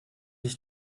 ich